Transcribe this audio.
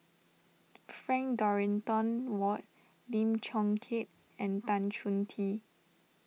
Frank Dorrington Ward Lim Chong Keat and Tan Chong Tee